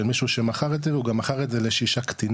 מישהו שמכר את זה והוא גם מכר את זה לשישה קטינים